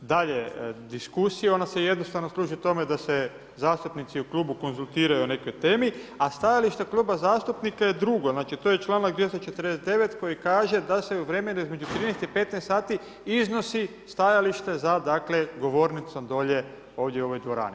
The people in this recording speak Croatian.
dalje diskusije, ona se jednostavno služi tome da se zastupnici u klubu konzultiraju o nekoj temi, a stajalište kluba zastupnika je drugo, znači to je članak 249. koji kaže da se u vremenu između 13 i 15 sati iznosi stajalište za govornicom dolje ovdje u ovoj dvorani.